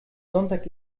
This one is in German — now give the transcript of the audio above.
sonntag